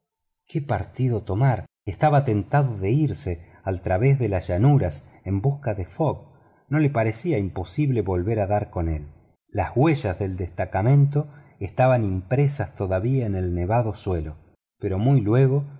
qué partido tomar estaba tentado de irse al través de las llanuras en busca de fogg no le parecía imposible volver a dar con él las huellas del destacamento estaban impresas todavía en el nevado suelo pero luego